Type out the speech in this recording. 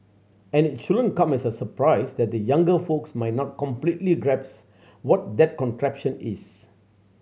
and it shouldn't come as a surprise that the younger folks might not completely grasp what that contraption is